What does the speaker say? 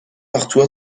partout